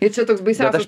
ir čia toks baisiausias